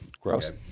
Gross